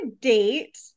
date